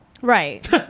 Right